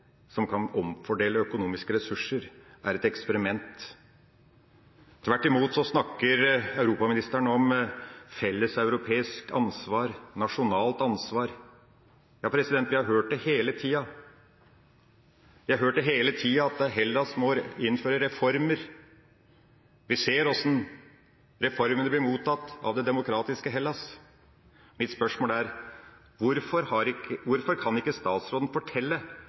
som kan omfordele økonomiske ressurser, er et eksperiment. Tvert imot snakker europaministeren om felleseuropeisk ansvar, om nasjonalt ansvar. Ja, vi har hørt det hele tida; vi har hørt hele tida at Hellas må innføre reformer. Vi ser hvordan reformene blir mottatt av det demokratiske Hellas. Mitt spørsmål er: Hvorfor kan ikke statsråden fortelle at felles valuta uten en finansminister som kan